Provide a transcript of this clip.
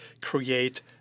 create